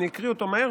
אני אקריא אותו מהר,